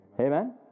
Amen